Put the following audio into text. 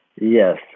Yes